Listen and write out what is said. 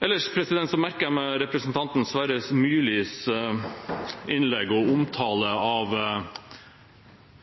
Ellers merker jeg meg representanten Sverre Myrlis innlegg og omtale av